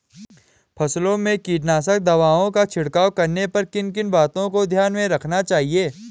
फसलों में कीटनाशक दवाओं का छिड़काव करने पर किन किन बातों को ध्यान में रखना चाहिए?